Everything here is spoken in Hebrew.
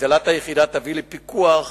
הגדלת היחידה תביא לפיקוח